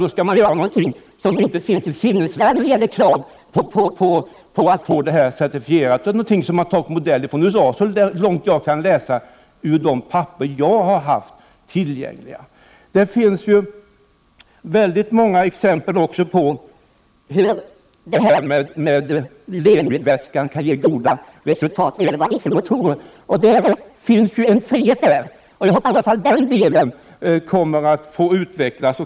Man skall göra någonting som inte ens finns i sinnevärlden när det gäller kraven på att få detta certifierat. Man har, som sagt, tittat på amerikanska modeller — såvitt jag kan utläsa av de papper som varit tillgängliga för mig. Vidare finns det väldigt många exempel på att Lemi-vätskan kan ge goda resultat i fråga om våra dieselmotorer. Det finns ju frihet i det avseendet. Jag hoppas således på en utveckling i åtminstone den delen.